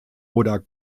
oder